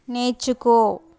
నేర్చుకో